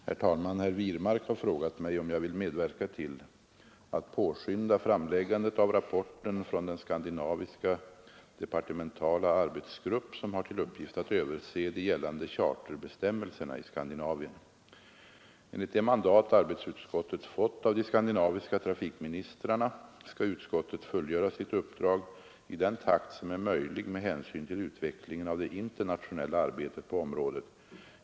Herr talman! Herr Wirmark har frågat mig om jag vill medverka till att påskynda framläggandet av rapporten från den skandinaviska departementala arbetsgrupp som har till uppgift att överse de gällande charterbestäm melserna i Skandinavien. Enligt det mandat arbetsutskottet har fått av de skandinaviska trafikministrarna skall utskottet fullgöra sitt uppdrag i den takt som är möjlig med hänsyn till utvecklingen av det internationella arbetet på området.